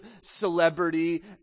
celebrity